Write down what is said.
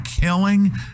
killing